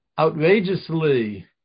outrageously